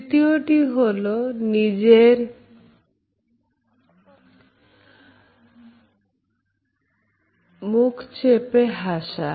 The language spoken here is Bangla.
তৃতীয়টি হলো নিজের মাই চেপে হাসা